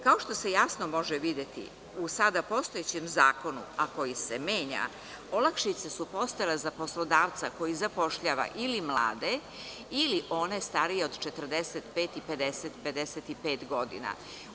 Kao što se jasno može videti u sada postojećem zakonu, a koji se menja, olakšice su postojale za poslodavca koji zapošljava ili mlade ili one starije od 45 i 50, i 55 godina.